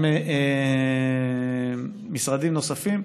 גם משרדים נוספים.